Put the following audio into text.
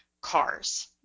cars